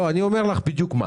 לא, אני אומר לך בדיוק מה